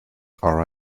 are